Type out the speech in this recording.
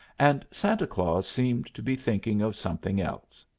and santa claus seemed to be thinking of something else.